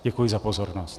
Děkuji za pozornost.